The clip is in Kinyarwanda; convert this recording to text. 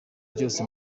ryose